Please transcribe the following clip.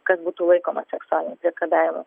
kas būtų laikoma seksualiniu priekabiavimu